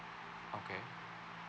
okay